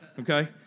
okay